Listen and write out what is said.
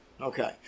Okay